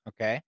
okay